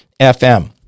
FM